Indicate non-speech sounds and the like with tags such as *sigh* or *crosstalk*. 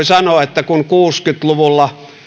*unintelligible* sanoa että kun kuusikymmentä luvulla